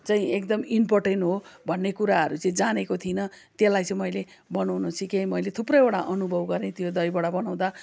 चाहिँ एकदम इम्पोर्टेन हो भन्ने कुराहरू चाहिँ जानेको थिइनँ त्यसलाई चाहिँ मैले बनाउनु सिकेँ मैले थुप्रैवटा अनुभव गरेँ त्यो दहीबडा बनाउँदा